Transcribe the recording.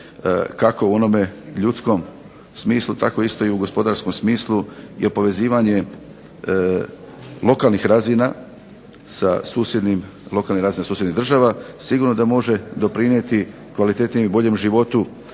kako u onome ljudskom smislu tako isto i u gospodarskom smislu jer povezivanje lokalnih razina susjednih država sigurno da može doprinijeti kvalitetnijem i boljem životu